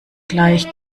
gleich